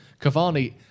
Cavani